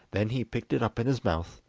then he picked it up in his mouth,